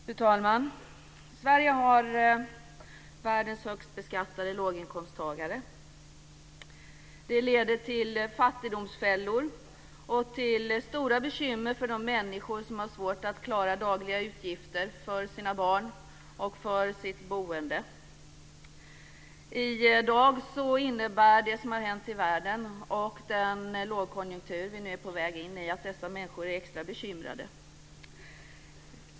Fru talman! Sverige har världens högst beskattade låginkomsttagare. Det leder till fattigdomsfällor och till stora bekymmer för de människor som har svårt att klara dagliga utgifter för sina barn och sitt boende. I dag innebär det som har hänt i världen och den lågkonjunktur vi är på väg in i att dessa människor är extra bekymrade.